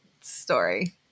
story